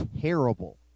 terrible